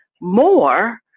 more